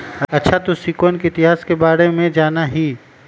अच्छा तू सिक्कवन के इतिहास के बारे में जाना हीं?